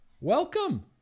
welcome